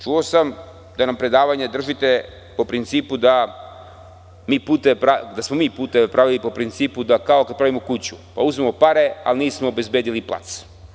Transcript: Čuo sam da nam predavanje držite po principu da smo mi puteve pravili po principu kao kada pravimo kuću pa uzmemo pare, a nismo obezbedili plac.